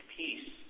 peace